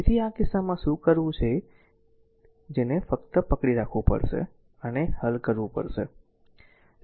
તેથી આ કિસ્સામાં શું કરવું છે તે છે જે ફક્ત પકડી રાખવું પડશે આને હલ કરવું પડશે